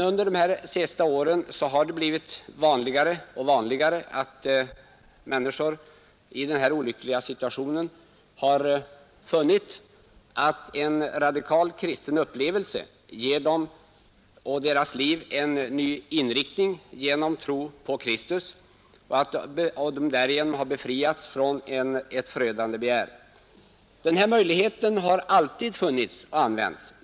Under de senaste åren har det emellertid blivit vanligare och vanligare att människor i den här olyckliga situationen har funnit att en radikal kristen upplevelse ger deras liv en ny inriktning genom tro på Kristus och att de därigenom har befriats från ett förödande begär. Den möjligheten har alltid funnits och använts.